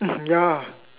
ya